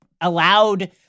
allowed